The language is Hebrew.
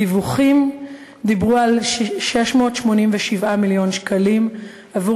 הדיווחים דיברו על 687 מיליון שקלים עבור